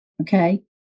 okay